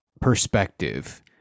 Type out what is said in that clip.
perspective